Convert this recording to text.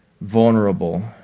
vulnerable